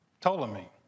Ptolemy